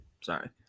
Sorry